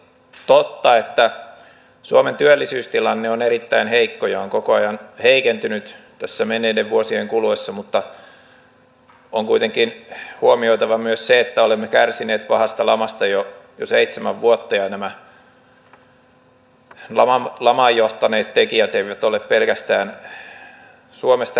on toki totta että suomen työllisyystilanne on erittäin heikko ja on koko ajan heikentynyt tässä menneiden vuosien kuluessa mutta on kuitenkin huomioitava myös se että olemme kärsineet pahasta lamasta jo seitsemän vuotta ja nämä lamaan johtaneet tekijät eivät ole pelkästään suomesta riippuvaisia